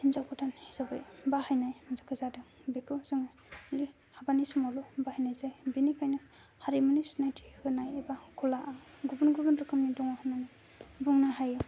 हिन्जाव गोदान हिसाबै बाहायनाय जादों बेखौ जोंङो हाबानि समावल' बाहायनाय जायो बिनिखायनो हारिमुनि सिनायथि होननाय एबा कला गुबुन गुबुन रोखोमनि दङ होननानै बुंनो हायो